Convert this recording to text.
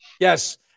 Yes